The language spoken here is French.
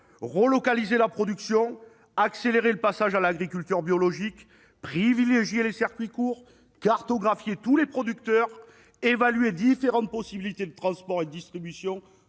relocaliser la production, accélérer le passage à l'agriculture biologique, privilégier les circuits courts, cartographier tous les producteurs, évaluer différentes possibilités en matière de transport et de distribution